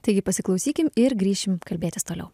taigi pasiklausykim ir grįšim kalbėtis toliau